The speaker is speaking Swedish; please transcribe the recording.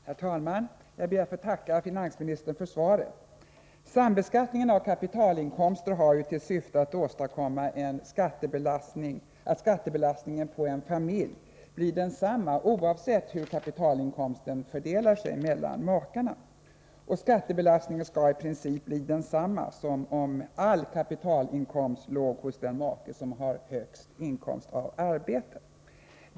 Herr talman! Jag ber att få tacka finansministern för svaret. Sambeskattningen av kapitalinkomster har till syfte att åstadkomma att skattebelastningen på en familj blir densamma oavsett hur kapitalinkomsten fördelar sig mellan makarna. Skattebelastningen skalli princip bli densamma som om hela kapitalinkomsten låg hos den make som har högst inkomst av arbete.